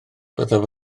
byddaf